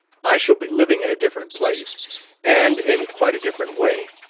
i shall be living in a different place and in quite a different way.